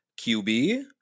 QB